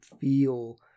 feel